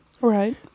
Right